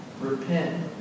Repent